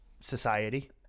society